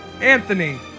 Anthony